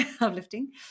uplifting